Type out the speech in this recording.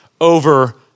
over